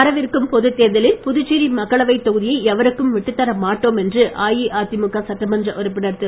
வரவிருக்கும் பொதுத்தேர்தலில் புதுச்சேரி மக்களவைத் தொகுதியை எவருக்கும் விட்டுத்தர மாட்டோம் என்று அஇஅதிமுக சட்டமன்ற உறுப்பினர் திரு